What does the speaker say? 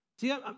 See